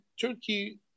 Turkey